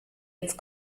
jetzt